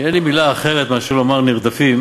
שאין לי מילה אחרת מאשר לומר, נרדפים